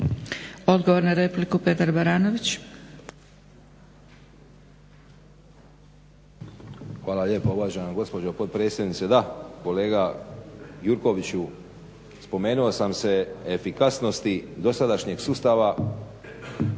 **Baranović, Petar (HNS)** Hvala lijepo uvažena gospođo potpredsjednice. Da kolega Gjurkoviću, spomenuo sam se efikasnosti dosadašnjeg sustava